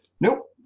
Nope